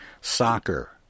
Soccer